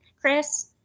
Chris